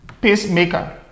pacemaker